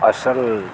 ᱟᱥᱚᱞ